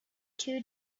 two